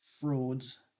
frauds